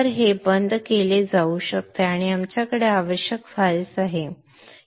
तर हे बंद केले जाऊ शकते आणि आमच्याकडे आवश्यक फाइल्स आहेत